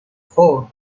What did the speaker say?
four